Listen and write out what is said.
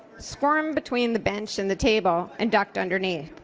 squirmed between the bench and the table and ducked underneath.